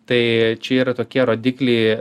tai čia yra tokie rodikliai